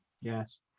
Yes